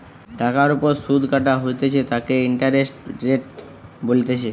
টাকার ওপর সুধ কাটা হইতেছে তাকে ইন্টারেস্ট রেট বলতিছে